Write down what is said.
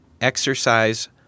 exercise